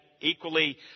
equally